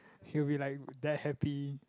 he will be like that happy